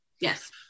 Yes